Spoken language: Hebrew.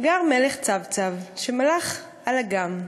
גר מלך צב-צב, שמלך על אגם.